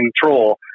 control